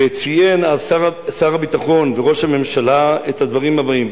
וציין אז שר הביטחון וראש הממשלה את הדברים הבאים,